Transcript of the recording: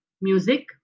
music